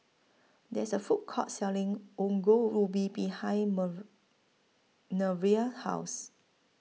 There IS A Food Court Selling Ongol Ubi behind Nervia's House